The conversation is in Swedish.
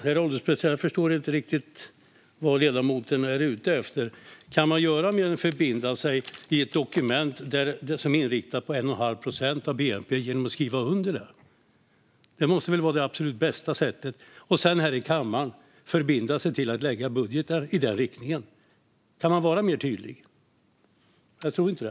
Herr ålderspresident! Jag förstår inte riktigt vad ledamoten är ute efter. Kan man förbinda sig mer än genom att skriva under ett dokument som är inriktat på 1,5 procent av bnp? Det måste väl vara det absolut bästa sättet. Här i kammaren förbinder man sig sedan till att lägga budgetar i den riktningen. Kan man vara mer tydlig? Jag tror inte det.